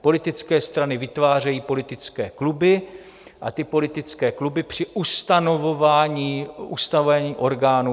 Politické strany vytvářejí politické kluby a ty politické kluby při ustanovování, ustavení orgánů